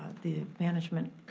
the management